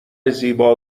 زیبا